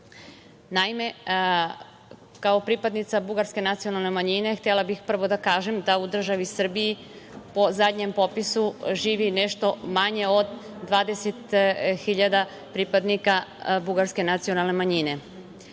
kao pripadnica bugarske nacionalne manjine htela bih prvo da kažem da u državi Srbiji, po zadnjem popisu, živi nešto manje od 20.000 pripadnika bugarske nacionalne manjine.